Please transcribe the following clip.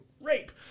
rape